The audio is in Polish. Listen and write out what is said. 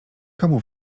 komu